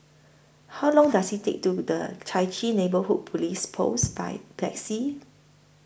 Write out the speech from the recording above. How Long Does IT Take to get to The Chai Chee Neighbourhood Police Post By Taxi